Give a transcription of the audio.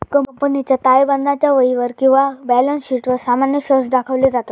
कंपनीच्या ताळेबंदाच्या वहीवर किंवा बॅलन्स शीटवर सामान्य शेअर्स दाखवले जातत